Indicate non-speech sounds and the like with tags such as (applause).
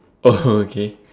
oh (laughs) okay